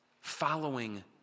Following